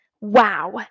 Wow